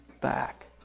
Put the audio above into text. back